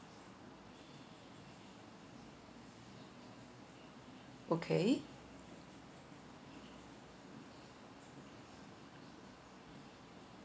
okay